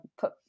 put